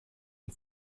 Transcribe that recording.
and